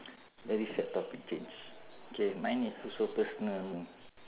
very sad topic change K mine is also personal [one]